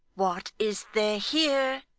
what is there here?